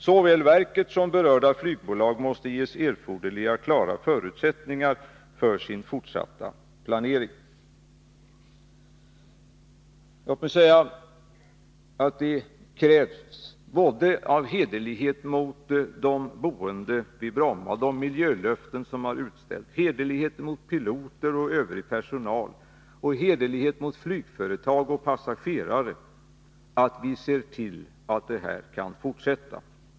Såväl verket som berörda flygbolag måste ges erforderliga klara förutsättningar för sin fortsatta planering.” Låt mig säga att det krävs — för att visa hederlighet mot de boende vid Bromma och mot de miljölöften som har utställts, mot piloter och övrig personal och mot flygföretag och passagerare — att vi ser till att arbetet kan fortsätta.